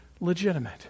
legitimate